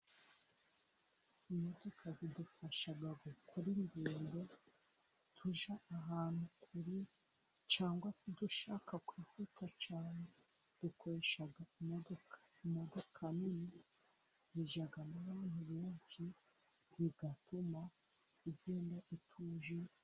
Imodoka zidufasha gukora ingendo tujya ahantu kure, cyangwa se dushaka kwihuta cyane dukoresha imodoka. Imodoka nini zijyamo abantu benshi bigatuma ugenda utuje.